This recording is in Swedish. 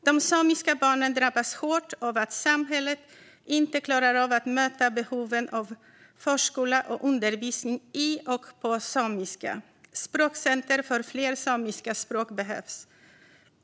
De samiska barnen drabbas hårt av att samhället inte klarar av att möta behoven av förskola och undervisning i och på samiska. Språkcenter för fler samiska språk behövs.